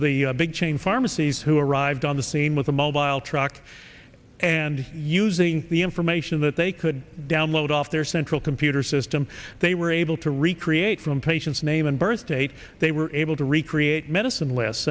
of the big chain pharmacies who arrived on the scene with a mobile truck and using the information that they could download off their central computer system they were able to recreate from patient's name and birthdate they were able to recreate medicine